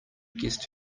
guest